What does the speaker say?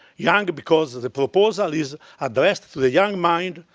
young because the the proposal is addressed to the young mind,